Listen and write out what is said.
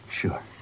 Sure